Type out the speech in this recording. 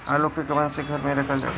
आलू के कवन से घर मे रखल जाला?